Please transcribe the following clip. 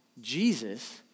Jesus